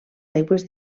aigües